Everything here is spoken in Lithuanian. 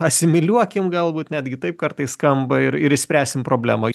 asimiliuokim galbūt netgi taip kartais skamba ir ir išspręsim problemą